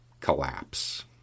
collapse